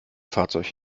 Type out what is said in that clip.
fahrzeug